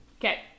Okay